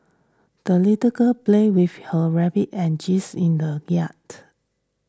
the little girl played with her rabbit and geese in the yard